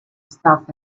stuff